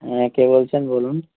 হ্যাঁ কে বলছেন বলুন